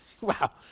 Wow